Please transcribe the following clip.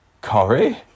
Corey